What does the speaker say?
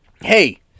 hey